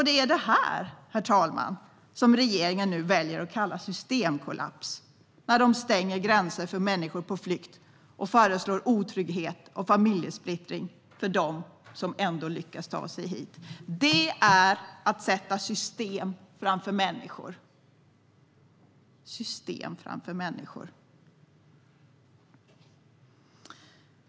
Det är detta, herr talman, som regeringen väljer att kalla systemkollaps och sedan stänger gränser för människor på flykt och föreslår otrygghet och familjesplittring för dem som ändå lyckas ta sig hit. Det är att sätta system framför människor.